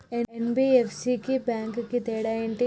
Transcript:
NBFC కి bank కి తేడా ఏంటి?